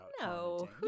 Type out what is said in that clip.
no